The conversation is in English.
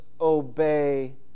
obey